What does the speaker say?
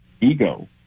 ego